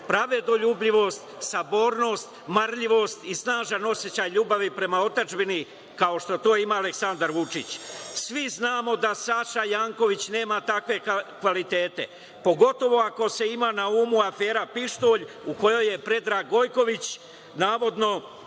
pravedoljubivost, sabornost, marljivost i snažan osećaj ljubavi prema otadžbini, kao što to ima Aleksandar Vučić. Svi znamo da Saša Janković nema takve kvalitete, pogotovo ako se ima na umu afera „Pištolj“ u kojoj je Predrag Gojković navodno